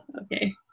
okay